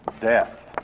death